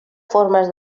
formes